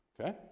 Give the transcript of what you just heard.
Okay